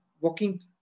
walking